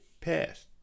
passed